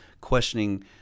questioning